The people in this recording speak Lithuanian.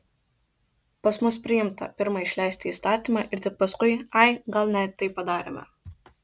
pas mus priimta pirma išleisti įstatymą ir tik paskui ai gal ne taip padarėme